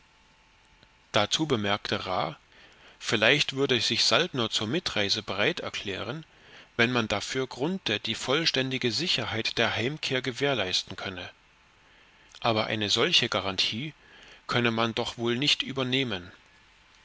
dazu bemerkte ra vielleicht würde sich saltner zur mitreise bereit erklären wenn man dafür grunthe die vollständige sicherheit der heimkehr gewährleisten könne aber eine solche garantie könne man doch wohl nicht übernehmen